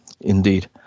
Indeed